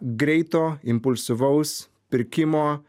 greito impulsyvaus pirkimo